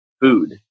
food